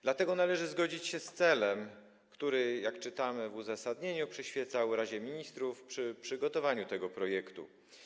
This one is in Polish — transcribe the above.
Dlatego należy zgodzić się z celem, który - jak czytamy w uzasadnieniu - przyświecał Radzie Ministrów przy przygotowywaniu tego projektu.